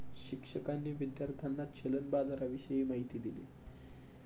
शिक्षकांनी विद्यार्थ्यांना चलन बाजाराविषयी माहिती दिली